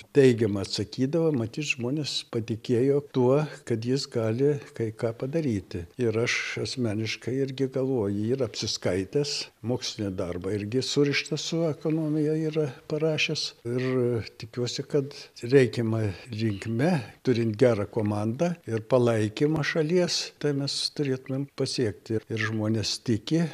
teigiamai atsakydavo matyt žmonės patikėjo tuo kad jis gali kai ką padaryti ir aš asmeniškai irgi galvoju yra apsiskaitęs mokslinį darbą irgi surištą su ekonomija yra parašęs ir tikiuosi kad reikiama linkme turint gerą komandą ir palaikymą šalies tai mes turėtumėm pasiekti ir ir žmonės tiki